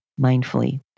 mindfully